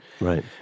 right